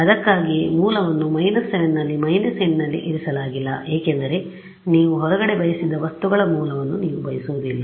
ಅದಕ್ಕಾಗಿಯೇ ಮೂಲವನ್ನು 7 ನಲ್ಲಿ 8 ನಲ್ಲಿ ಇರಿಸಲಾಗಿಲ್ಲ ಏಕೆಂದರೆ ನೀವು ಹೊರಗಡೆ ಬಯಸಿದ ವಸ್ತುಗಳ ಮೂಲವನ್ನು ನೀವು ಬಯಸುವುದಿಲ್ಲ